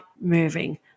Moving